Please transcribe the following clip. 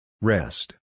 Rest